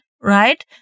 right